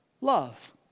love